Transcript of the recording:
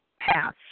pass